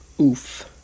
Oof